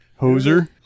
Hoser